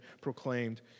proclaimed